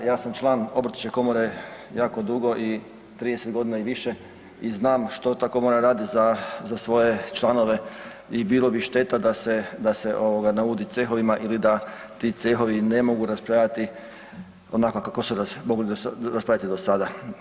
Ja sam član obrtničke komore jako dugo i 30 godina i više i znam što ta komora radi za svoje članove i bilo bi šteta da se, da se naudi ovoga cehovima ili da ti cehovi ne mogu raspravljati onako kako su mogli raspravljati do sada.